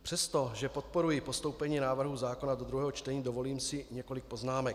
Přestože podporuji postoupení návrhu zákona do druhého čtení, dovolím si několik poznámek.